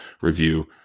review